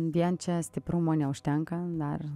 vien čia stiprumo neužtenka dar